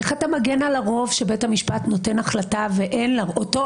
איך אתה מגן על הציבור כשבית המשפט העליון מקבל החלטה ואין לאותו